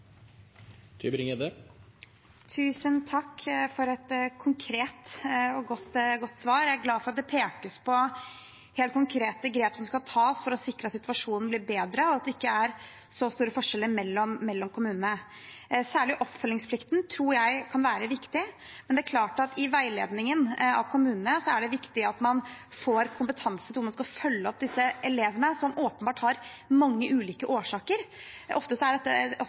glad for at det pekes på helt konkrete grep som skal tas for å sikre at situasjonen blir bedre, og at det ikke er så store forskjeller mellom kommunene. Særlig oppfølgingsplikten tror jeg kan være viktig, men det er klart at i veiledningen av kommunene er det viktig at man får kompetanse, slik at man kan følge opp disse elevene, for det er åpenbart mange ulike årsaker. Ofte er dette også et